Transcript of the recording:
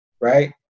Right